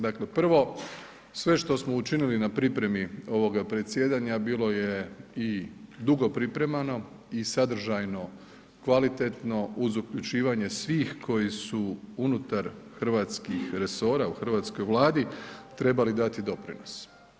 Dakle, prvo, sve što smo učinili na pripremi ovoga predsjedanja bilo je i dugo pripremano i sadržajno kvalitetno uz uključivanje svih koji su unutar hrvatskih resora u hrvatskoj Vladi trebali dati doprinos.